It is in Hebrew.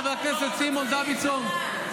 חבר הכנסת סימון דוידסון,